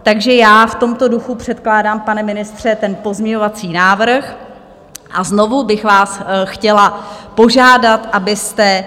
Takže já v tomto duchu předkládám, pane ministře, pozměňovací návrh a znovu bych vás chtěla požádat, abyste...